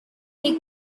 they